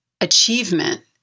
achievement